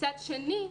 מצד שני,